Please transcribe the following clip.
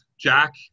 Jack